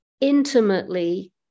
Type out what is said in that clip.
intimately